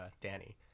Danny